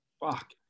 Fuck